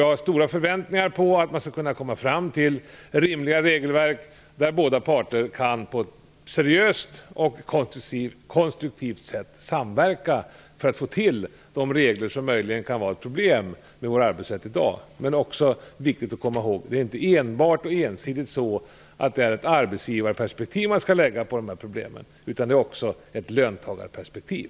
Jag har stora förväntningar på att man skall kunna fram till rimliga regelverk, där båda parter på ett seriöst och konstruktivt sätt kan samverka för att få till de regler som möjligen kan vara ett problem i vår arbetsrätt i dag. Det är också viktigt att komma ihåg att det inte enbart och ensidigt är så att man skall lägga ett arbetsgivareperspektiv man skall lägga på dessa problem. Det är också fråga om ett löntagarperspektiv.